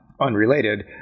unrelated